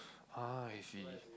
ah I see